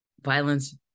violence